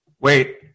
Wait